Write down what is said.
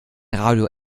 radio